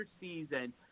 season